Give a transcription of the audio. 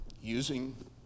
using